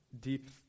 deep